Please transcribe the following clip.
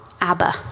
Abba